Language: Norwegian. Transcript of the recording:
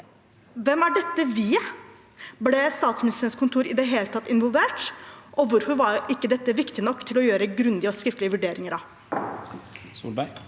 Hvem er dette vi-et? Ble Statsministerens kontor i det hele tatt involvert, og hvorfor var ikke dette viktig nok til å gjøre grundige og skriftlige vurderinger av? Erna